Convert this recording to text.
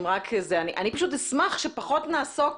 אני פשוט אשמח שפחות נעסוק,